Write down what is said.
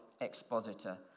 expositor